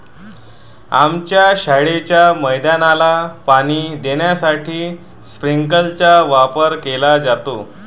आमच्या शाळेच्या मैदानाला पाणी देण्यासाठी स्प्रिंकलर चा वापर केला जातो